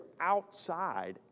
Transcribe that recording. outside